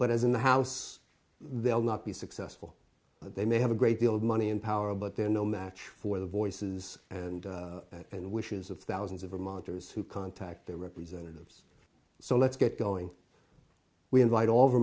but as in the house they'll not be successful but they may have a great deal of money and power but they're no match for the voices and and wishes of thousands of our monitors who contact their representatives so let's get going we invite all ver